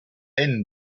end